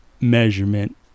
measurement